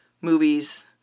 movies